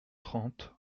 trente